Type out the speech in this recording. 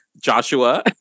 Joshua